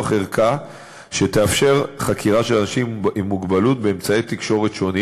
ערכה שתאפשר חקירה של אנשים עם מוגבלות באמצעי תקשורת שונים,